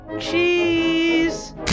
Cheese